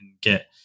get